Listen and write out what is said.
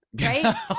right